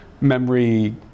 memory